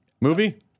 movie